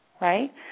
right